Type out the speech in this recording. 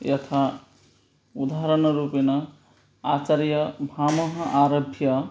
यथा उदाहरणरूपेण आचार्यः भामहः आरभ्य